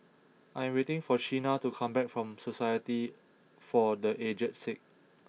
I am waiting for Shenna to come back from Society for the Aged Sick